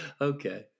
Okay